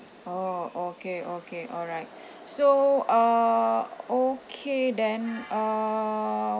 oh okay okay alright so uh okay then uh